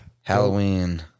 Halloween